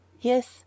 yes